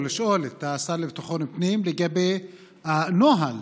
או לשאול את השר לביטחון פנים לגבי נוהל